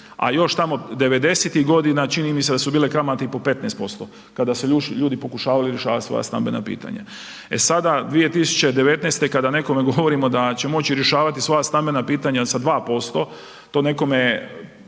a još tamo 90-ih godina čini mi se da su bile kamate i po 15%, kada su ljudi pokušavali rješavati svoja stambena pitanja. E sada, 2019. kada nekome govorimo da će moći rješavati svoja stambena pitanja sa 2%, to nekome